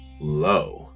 low